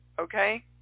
Okay